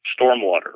stormwater